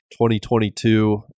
2022